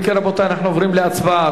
אם כן, רבותי, אנחנו עוברים להצבעה.